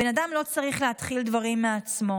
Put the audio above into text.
בן אדם לא צריך להתחיל דברים מעצמו.